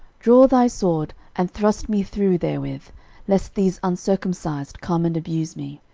draw thy sword, and thrust me through therewith lest these uncircumcised come and abuse me.